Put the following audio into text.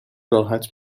راحت